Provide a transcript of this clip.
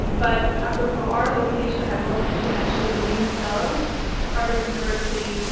but apropos our location, i will mention that she was a nieman fellow at harvard university,